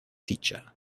teacher